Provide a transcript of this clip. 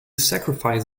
sacrifice